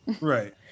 right